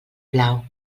plau